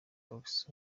box